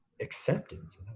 acceptance